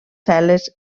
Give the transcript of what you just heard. cel·les